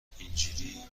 حیاطاینجوری